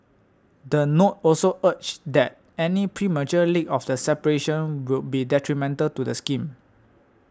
the note also urged that any premature leak of the separation will be detrimental to the scheme